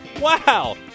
Wow